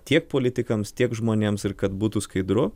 tiek politikams tiek žmonėms ir kad būtų skaidru